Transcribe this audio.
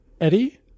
Eddie